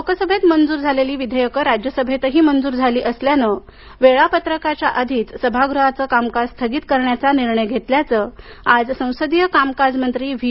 लोकसभेत मंजूर झालेली विधेयक राज्यसभेतही मंजूर झाली असल्यानं वेळापत्रकाच्या आधीच सभागृहात कामकाज स्थगित करण्याचा निर्णय घेतल्याचं आज संसदीय कामकाज मंत्री व्ही